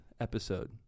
episode